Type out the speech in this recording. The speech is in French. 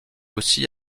aussi